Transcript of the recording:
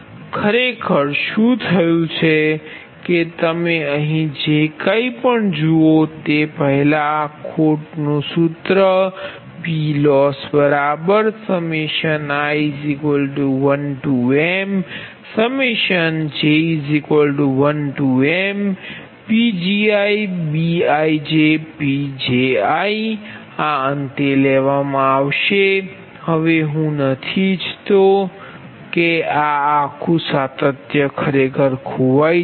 તેથી ખરેખર શું થયું છે કે તમે અહીં જે કાંઈ પણ જુઓ તે પહેલાં આ ખોટ સૂત્ર PLossi1mj1mPgiBijPji આ અંતે લેવામાં આવશે હવે હું નથી ઇચ્છતો પછી આ આખું સાતત્ય ખરેખર ખોવાઈ જશે